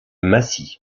massy